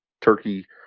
turkey